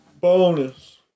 Bonus